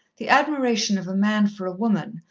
the admiration of a man for a woman,